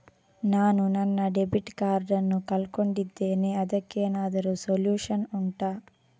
ನಾನು ನನ್ನ debit card ನ್ನು ಕಳ್ಕೊಂಡಿದ್ದೇನೆ ಅದಕ್ಕೇನಾದ್ರೂ ಸೊಲ್ಯೂಷನ್ ಉಂಟಾ